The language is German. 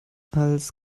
als